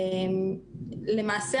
למעשה,